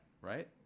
right